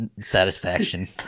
Satisfaction